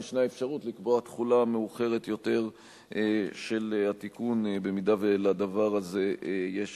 ישנה אפשרות לקבוע תחילה מאוחרת יותר של התיקון אם לדבר הזה יש